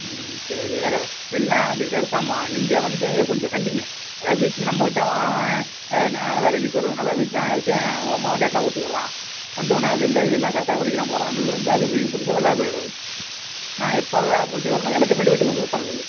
ம் சரி வேறு எல்லாம் அந்த விளாடிகிட்டே இருக்காம்மா நீங்கள் வந்து கொஞ்சம் கண்டிங்க அதாவது வீட்டில் நம்மக்கிட்ட அவன் நான் வேலைக்குப் போயிடுறதுனால வீட்டில் நான் இருக்கேன் அவங்க அம்மாவை டேக்கா கொடுத்துக்கிர்றான் வந்வொன்னே அது இல்லை இது இல்லை கரெக்டாக படிக்கிறான் போகறான் வந்து பேக்கை தூக்கிப் போட்டுவிட்டு விளாடப் போயிடுறது நான் எப்போ வேலை முடிச்சு வர்றனோ எனக்கு முன்னாடி வீட்டுக்கு வந்து உக்காந்துக்கிறது